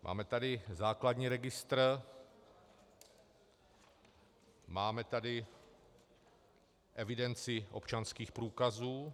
Máme tady základní registr, máme tady evidenci občanských průkazů.